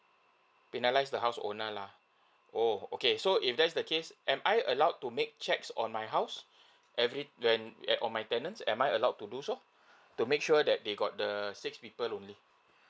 penalised the house owner lah oh okay so if that's the case am I allowed to make checks on my house every when on my tenants am I allowed to do so to make sure that they got the six people only